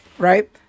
right